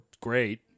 great